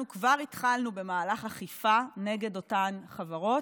אנחנו כבר התחלנו במהלך אכיפה נגד אותן חברות.